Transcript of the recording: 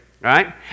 right